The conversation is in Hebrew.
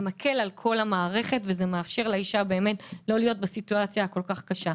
זה מקל על כל המערכת וזה מאפשר לאישה לא להיות בסיטואציה הכול כך קשה.